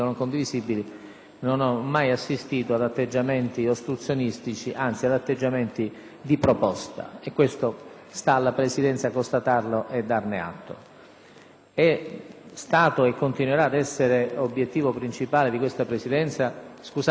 non ho mai assistito ad atteggiamenti ostruzionistici, anzi a comportamenti propositivi. E questo sta alla Presidenza constatarlo e darne atto. È stato e continuerà ad essere obiettivo principale di questa Presidenza... *(Brusìo in